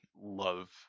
love